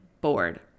bored